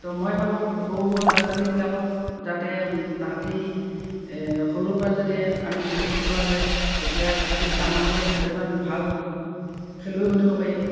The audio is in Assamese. তো মই ভাবোঁ সৰু সৰু ল'ৰা ছোৱালীবিলাকক যাতে তাহাঁতি সৰুৰপৰা যাতে আমি ক্ৰিকেট খেলোৱা যায় তেতিয়া তাহাঁতি ডাঙৰ হ'লেও এজন ভাল খেলুৱৈ বনিব পাৰিব